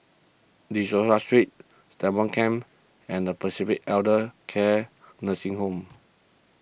De Souza Street Stagmont Camp and Pacific Elder Care Nursing Home